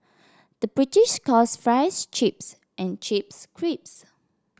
the British calls fries chips and chips cripes